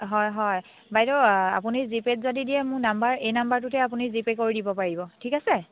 হয় হয় বাইদেউ আপুনি জিপে'ত যদি দিয়ে মোৰ নাম্বাৰ এই নাম্বাৰটোতে আপুনি জিপে' কৰি দিব পাৰিব ঠিক আছে